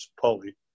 Polly